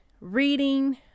reading